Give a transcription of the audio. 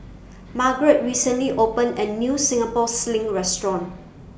Margarett recently opened A New Singapore Sling Restaurant